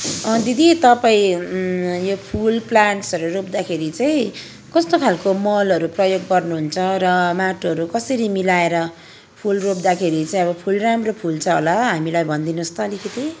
दिदी तपाईँ यो फुल प्लान्ट्सहरू रोप्दाखेरि चाहिँ कस्तो खालको मलहरू प्रयोग गर्नुहुन्छ र माटोहरू कसरी मिलाएर फुल रोप्दाखेरि चाहिँ अब फुल राम्रो फुल्छ होला हामीलाई भनिदिनुहोस् त अलिकति